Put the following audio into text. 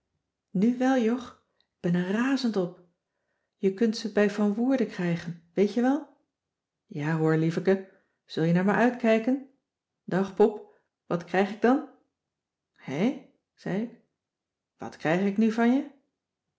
nu wel jog k ben er razend op je kunt ze bij van woerden krijgen weet je wel ja hoor lieveke zul je naar me uitkijken dag pop wat krijg ik dan hé zei ik wat krijg ik nu van je